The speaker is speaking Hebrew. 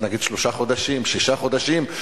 אז נגיד שלושה חודשים, שישה חודשים.